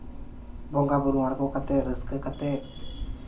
ᱵᱚᱸᱜᱟᱼᱵᱩᱨᱩ ᱟᱬᱜᱚ ᱠᱟᱛᱮᱫ ᱨᱟᱹᱥᱠᱟᱹ ᱠᱟᱛᱮᱫ